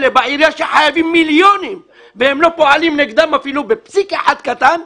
שחייבים מיליונים לעירייה והם לא פועלים נגדם אפילו בפסיק אחד קטן.